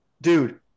dude